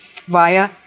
via